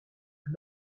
and